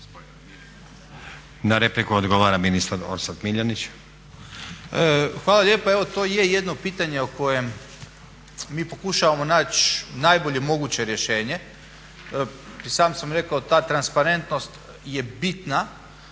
Na repliku odgovara ministar Orsat Miljenić. **Miljenić, Orsat** Hvala lijepa. Evo to je jedno pitanje o kojem mi pokušavamo naći najbolje moguće rješenje. I sam sam rekao ta transparentnost je bitna.